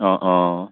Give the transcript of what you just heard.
অঁ অঁ